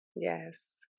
yes